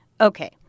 Okay